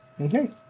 Okay